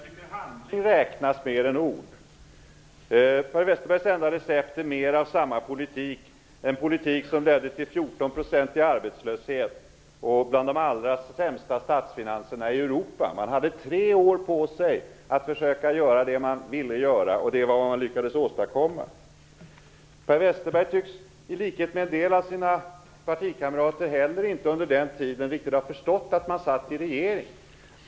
Herr talman! Handling räknas mer än ord. Per Westerbergs enda recept är mer av den politik som ledde till en 14-procentig arbetslöshet och till de allra sämsta statsfinanserna i Europa. Man hade tre år på sig att försöka göra det som man ville göra, men detta var vad man lyckades åstadkomma. Per Westerberg tycks i likhet med en del av sina partikamrater under den tiden inte heller ha förstått att han satt i en regering.